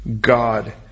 God